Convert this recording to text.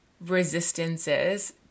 resistances